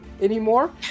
anymore